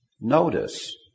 notice